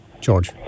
George